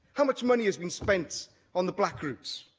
how much money has been spent on the black route?